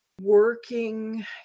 working